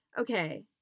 Okay